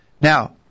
now